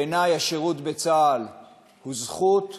בעיני, השירות בצה"ל הוא זכות וחובה,